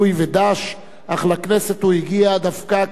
אך לכנסת הוא הגיע דווקא כנציג הגמלאים.